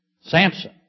Samson